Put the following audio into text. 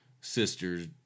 sister's